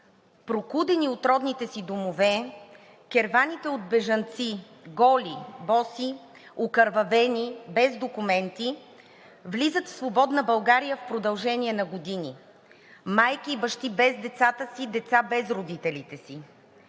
Прокудени от родните си домове, керваните от бежанци – голи, боси, окървавени, без документи, влизат в свободна България в продължение на години – майки и бащи без децата си, деца без родителите си.